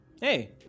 Hey